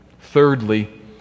Thirdly